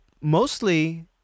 mostly